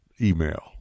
email